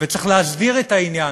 וצריך להסדיר את העניין,